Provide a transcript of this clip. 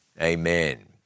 amen